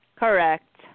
Correct